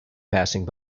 passing